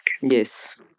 Yes